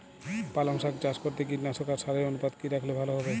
পালং শাক চাষ করতে কীটনাশক আর সারের অনুপাত কি রাখলে ভালো হবে?